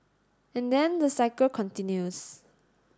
and then the cycle continues